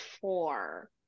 four